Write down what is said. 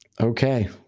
Okay